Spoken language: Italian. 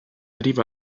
arriva